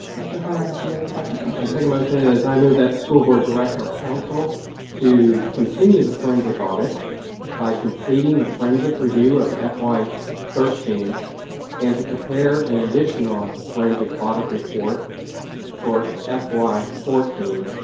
mr. hirons, do you have a second motion? my second motion is, i move that the school board direct our council to continue the forensic audit by completing the forensic review of fy thirteen and to prepare an additional forensic audit report for ah fy fourteen